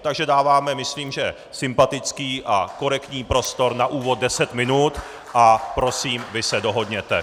Takže dáváme myslím že sympatický a korektní prostor na úvod deset minut a prosím, vy se dohodněte.